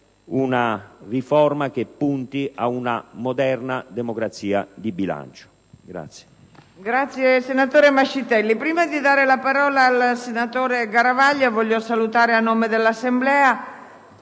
una riforma che punta a una moderna democrazia di bilancio.